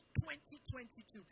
2022